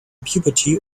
puberty